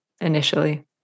initially